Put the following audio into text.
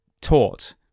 taught